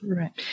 right